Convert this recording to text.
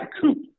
coop